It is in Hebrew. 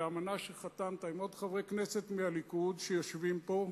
באמנה שחתמת עם עוד חברי כנסת מהליכוד שיושבים פה,